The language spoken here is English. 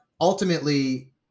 ultimately